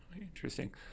Interesting